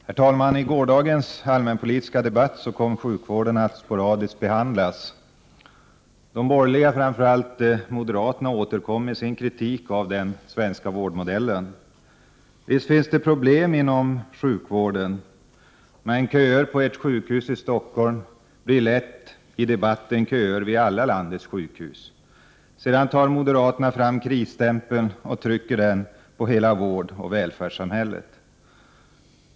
Herr talman! I gårdagens allmänpolitiska debatt kom sjukvården att sporadiskt behandlas. De borgerliga, framför allt moderaterna, återkom med sin kritik av den svenska vårdmodellen. Visst finns det problem inom sjukvården. Men köer på ett sjukhus i Stockholm blir i debatten lätt köer vid alla landets sjukhus. Sedan tar moderaterna fram krisstämpeln och trycker den på hela vårdoch välfärdssamhället.